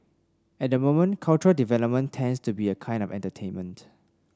at the moment cultural development tends to be a kind of entertainment